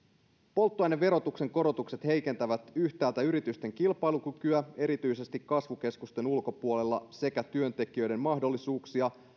polttoaineverotuksen korotukset heikentävät yritysten kilpailukykyä erityisesti kasvukeskusten ulkopuolella sekä työntekijöiden mahdollisuuksia